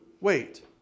wait